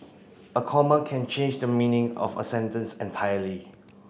a comma can change the meaning of a sentence entirely